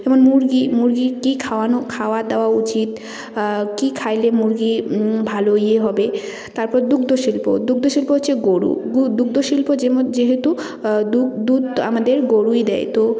যেমন মুরগি মুরগি কী খাওয়ানো খাওয়া দেওয়া উচিত কী খাইলে মুরগি ভালো ইয়ে হবে তারপর দুগ্ধ শিল্প দুগ্ধ শিল্প হচ্ছে গরু গু দুগ্ধ শিল্প যেম যেহেতু দুগ দুধ আমাদের গরুই দেয় তো